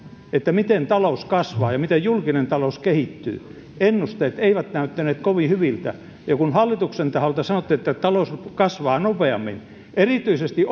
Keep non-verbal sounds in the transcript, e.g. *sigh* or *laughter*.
miten talous kasvaa ja miten julkinen talous kehittyy niin ennusteet eivät näyttäneet kovin hyviltä kun hallituksen taholta sanottiin että talous kasvaa nopeammin erityisesti *unintelligible*